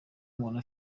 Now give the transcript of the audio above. umuntu